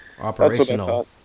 operational